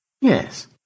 Yes